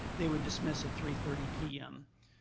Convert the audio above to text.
they would dismiss at three thirty pm.